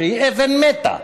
שהיא אות מתה,